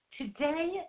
Today